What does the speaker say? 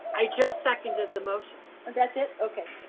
i just seconded the motion. that's it, okay.